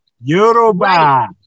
Europa